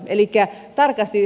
elikkä tarkasti